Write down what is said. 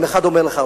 אם אחד אומר לך,